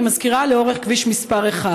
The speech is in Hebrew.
אני מזכירה: לאורך כביש מס' 1?